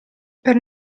per